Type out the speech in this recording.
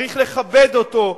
צריך לכבד אותו,